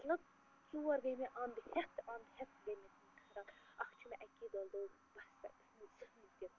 مطلب ژور گٔے مےٚ اَنٛد ہٮ۪تھ اَنٛد ہٮ۪تھ گٔے مےٚ تِم خراب اَکھ چھِ مےٚ اَکی دۄہ لوگمُت بَس تَتہِ پٮ۪ٹھٕ نہٕ زٕہٕنٛۍ تہِ